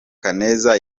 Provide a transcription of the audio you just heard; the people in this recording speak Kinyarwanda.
kaneza